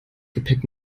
gepäck